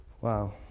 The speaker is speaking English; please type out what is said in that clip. Wow